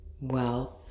Wealth